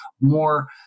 more